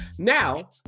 now